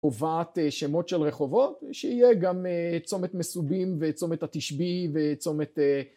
הובאת שמות של רחובות שיהיה גם צומת מסובים וצומת התשבי וצומת